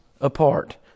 apart